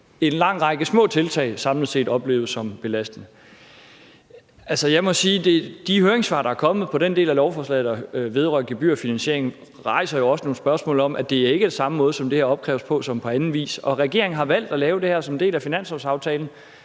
en lang række små tiltag samlet set opleves som belastende. Jeg må sige, at de høringssvar, der er kommet på den del af lovforslaget, der vedrører gebyrfinansieringen, jo også rejser nogle spørgsmål om, at det ikke er den samme måde, som det her opkræves på, som på andre områder. Regeringen har valgt at lave det her som en del af finanslovsaftalen.